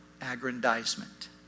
aggrandizement